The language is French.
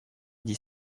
dix